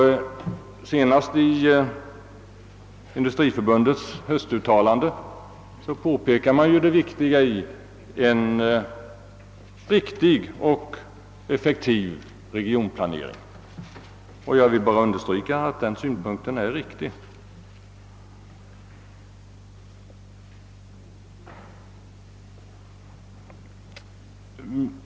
Senast i Sveriges industriförbunds uttalande för hösten påpekas det viktiga i en riktig och effektiv regionplanering, och jag vill bara understryka att den synpunkten är riktig.